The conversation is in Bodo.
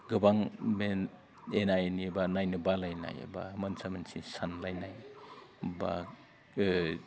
गोबां बे एना एनि नायनो बालायनाय एबा मोनसा मोनसि सानलायनाय बा